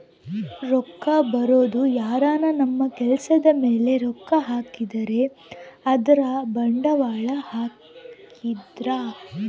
ರೊಕ್ಕ ಬರೋದು ಯಾರನ ನಮ್ ಕೆಲ್ಸದ್ ಮೇಲೆ ರೊಕ್ಕ ಹಾಕಿದ್ರೆ ಅಂದ್ರ ಬಂಡವಾಳ ಹಾಕಿದ್ರ